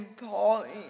point